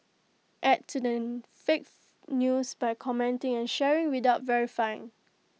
add to the fake news by commenting and sharing without verifying